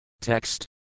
Text